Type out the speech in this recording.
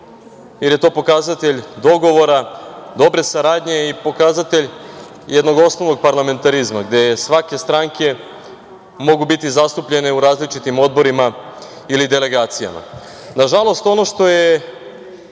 istakao, pokazatelj dogovora, dobre saradnje i pokazatelj jednog osnovnog parlamentarizma, gde svake stranke mogu biti zastupljene u različitim odborima ili delegacijama. Nažalost, ono što je